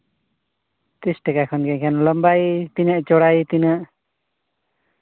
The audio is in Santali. ᱛᱤᱨᱤᱥ ᱴᱟᱠᱟ ᱠᱷᱟᱱ ᱜᱮ ᱞᱚᱢᱵᱟᱭ ᱛᱤᱱᱟᱹᱜ ᱪᱚᱣᱲᱟᱭᱮ ᱛᱤᱱᱟᱹᱜ